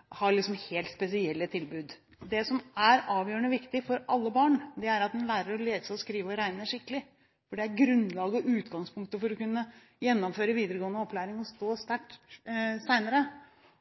må ha helt spesielle tilbud. Det som er avgjørende viktig for alle barn, er at de lærer å lese, skrive og regne skikkelig, for det er grunnlaget og utgangspunktet for å kunne gjennomføre videregående opplæring og stå sterkt senere.